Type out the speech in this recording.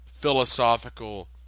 philosophical